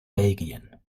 belgien